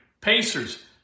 Pacers